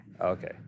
Okay